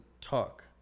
talk